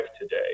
today